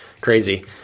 Crazy